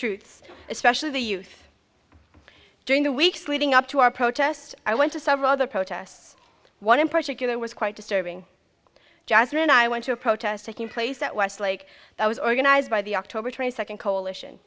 truth especially the youth during the weeks leading up to our protest i went to several other protests one in particular was quite disturbing jasmine i went to a protest taking place at westlake that was organized by the october twenty second coalition